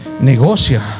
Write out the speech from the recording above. negocia